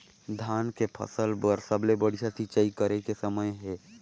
धान के फसल बार सबले बढ़िया सिंचाई करे के समय हे?